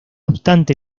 obstante